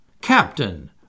Captain